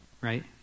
right